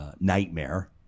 nightmare